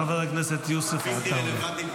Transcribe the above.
חבר הכנסת יוסף עטאונה.